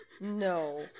No